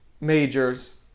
majors